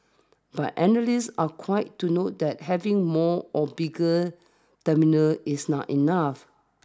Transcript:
but analysts are quite to note that having more or bigger terminals is not enough